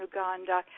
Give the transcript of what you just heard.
Uganda